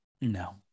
No